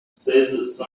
seize